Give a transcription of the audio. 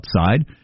Outside